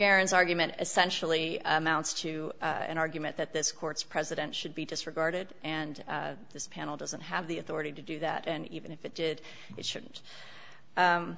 karen's argument essentially amounts to an argument that this court's president should be disregarded and this panel doesn't have the authority to do that and even if it did it shouldn't